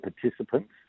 participants